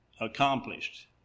accomplished